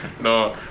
No